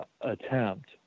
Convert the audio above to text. attempt